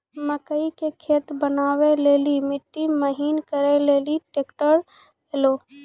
मकई के खेत बनवा ले ली मिट्टी महीन करे ले ली ट्रैक्टर ऐलो?